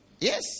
Yes